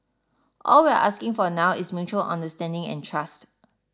all we're asking for now is mutual understanding and trust